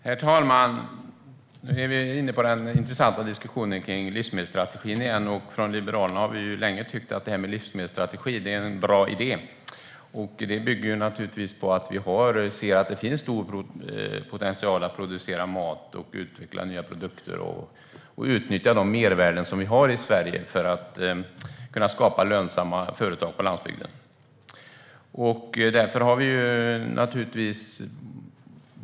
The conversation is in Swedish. Herr talman! Nu är vi inne på den intressanta diskussionen om livsmedelsstrategin igen. Liberalerna har länge tyckt att det är en bra idé med en sådan strategi. Det bygger på att vi ser att det finns stor potential att producera mat, utveckla nya produkter och utnyttja de mervärden vi har i Sverige för att kunna skapa lönsamma företag på landsbygden.